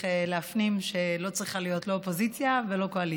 להפנים שלא צריכה להיות לא אופוזיציה ולא קואליציה.